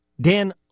Dan